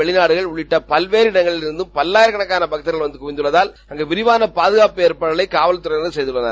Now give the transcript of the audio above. வெளிநாடுகள் உள்ளிட்ட பல்வேறு இடங்களிலிருந்தம் பல்லாயிரக்கணக்கான பக்தர்கள் வந்து குவிந்துள்ளதால் அங்கு விரிவான பாதுகாப்பு எற்பாடுகளை காவல்தறையினர் செய்துள்ளனர்